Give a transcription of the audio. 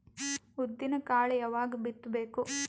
ಉದ್ದಿನಕಾಳು ಯಾವಾಗ ಬಿತ್ತು ಬೇಕು?